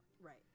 Right